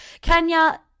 Kenya